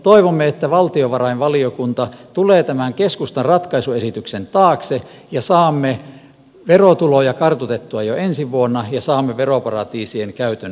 toivomme että valtiovarainvaliokunta tulee tämän keskustan ratkaisuesityksen taakse ja saamme verotuloja kartutettua jo ensi vuonna ja veroparatiisien käytön suitsittua